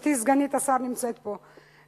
גברתי סגנית השר נמצאת פה,